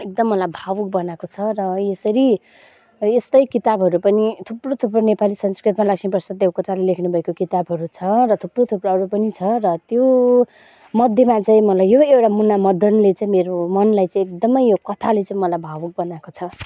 एकदम मलाई भावुक बनाएको छ र यसरी यस्तै किताबहरू पनि थुप्रो थुप्रो नेपली संस्कृतमा लक्ष्मीप्रसाद देवकोटाले लेख्नुभएको किताबहरू छ र थुप्रो थुप्रो अरू पनि छ र त्योमध्येमा चाहिँ मलाई यो एउटा मुनामदनले चाहिँ मेरो मनलाई चाहिँ एकदमै यो कथाले चाहिँ मलाई भावुक बनाएको छ